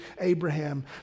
Abraham